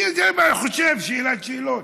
אני כל הזמן חושב, שאלת שאלות.